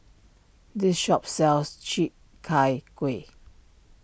this shop sells Chi Kak Kuih